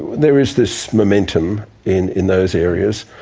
there is this momentum in in those areas.